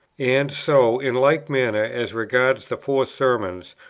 and so, in like manner, as regards the four sermons,